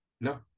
No